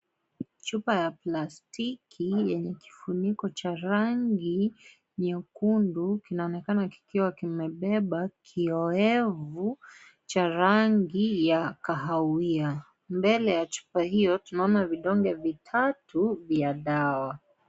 Chupa ya plastiki yenye kifuniko cha rangi nyekundu kinaonekana kikiwa kimebeba kioevu cha rangi ya kahawia, mbele ya chupa hiyo tunaona vidonge vitatu vya dawa.